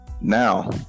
now